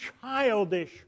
childish